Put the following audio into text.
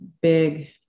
big